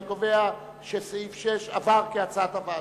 אני קובע שסעיף 6 עבר כהצעת הוועדה.